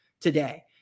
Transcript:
today